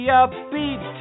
upbeat